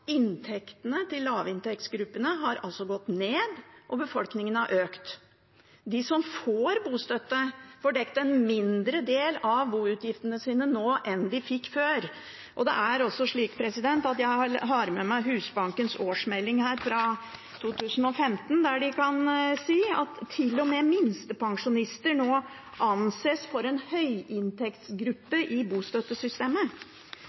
inntektene til lavinntektsgruppene har gått ned, og befolkningen har økt. De som får bostøtte, får dekket en mindre del av boutgiftene sine nå enn de fikk før. Jeg har med meg Husbankens årsmelding fra 2015, der de sier at til og med minstepensjonister nå anses for en